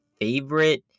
favorite